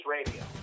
Radio